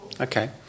Okay